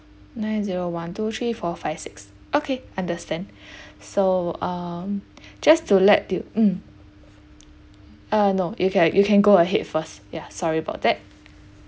nine zero one two three four five six okay understand so uh just to let the mm uh no you can you can go ahead first yeah sorry about that